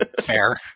fair